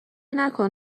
نکن